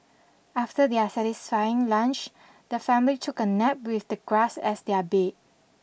after their satisfying lunch the family took a nap with the grass as their bed